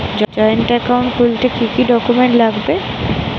Joint account খুলতে কি কি ডকুমেন্টস লাগবে?